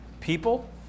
People